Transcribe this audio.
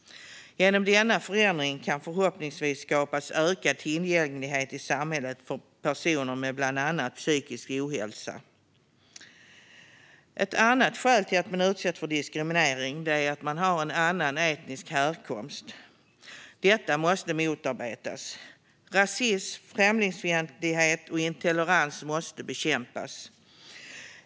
Genom denna förändring kan förhoppningsvis en ökad tillgänglighet i samhället skapas för personer med bland annat psykisk ohälsa. Ett annat skäl till att man utsätts för diskriminering är att man har en annan etnisk härkomst. Detta måste motarbetas. Rasism, främlingsfientlighet och intolerans måste bekämpas.